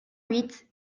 huit